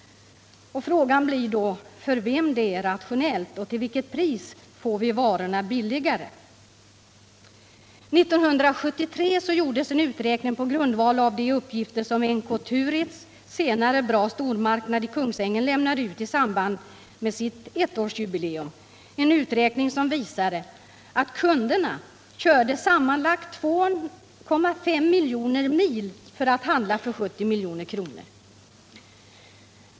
Frågan blir då för vem det är rationellt och till vilket pris vi får varorna billigare. År 1973 gjordes en uträkning på grundval av de uppgifter som NK-Turitz — senare Bra Stormarknad — i Kungsängen lämnade ut i samband med sitt ettårsjubileum. Denna uträkning visade att kunderna körde sammanlagt 2,5 miljoner mil för att handla för 70 milj.kr.